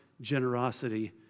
generosity